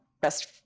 best